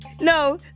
no